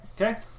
Okay